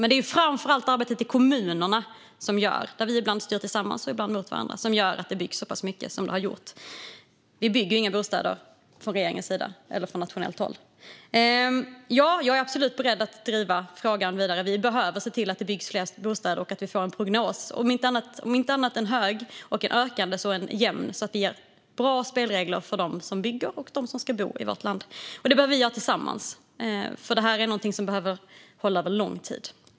Men det är framför allt arbetet i kommunerna, där vi ibland styr tillsammans och ibland är mot varandra, som gör att det byggs så pass mycket som det har gjort. Vi bygger inga bostäder från regeringens sida eller från nationellt håll. Ja, jag är absolut beredd att driva frågan vidare. Vi behöver se till att det byggs fler bostäder och att vi får en prognos som är om inte hög och ökande så i alla fall jämn, så att vi har bra spelregler för dem som bygger och för dem som ska bo i vårt land. Det behöver vi göra tillsammans, för det här är någonting som behöver hålla över lång tid.